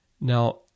Now